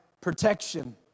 protection